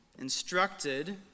instructed